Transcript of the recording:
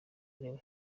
kureba